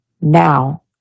now